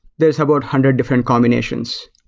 there're about hundred different combinations.